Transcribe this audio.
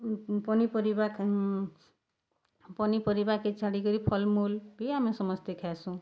ପନିପରିବା ପନିପରିବାକେ ଛାଡ଼ିକରି ଫଲ୍ମୁଲ୍ ବି ଆମେ ସମସ୍ତେ ଖାଏସୁଁ